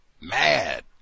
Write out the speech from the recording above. mad